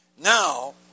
Now